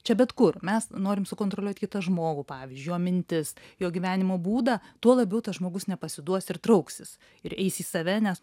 čia bet kur mes norim sukontroliuot kitą žmogų pavyzdžiui jo mintis jo gyvenimo būdą tuo labiau tas žmogus nepasiduos ir trauksis ir eis į save nes nu